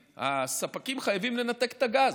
הספקים חייבים לנתק את הגז,